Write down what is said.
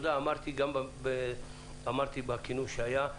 אמרתי בכינוס שהיה,